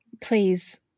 Please